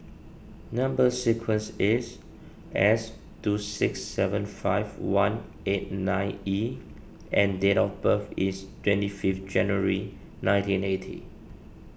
Number Sequence is S two six seven five one eight nine E and date of birth is twenty fifth January nineteen eighty